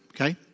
okay